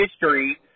history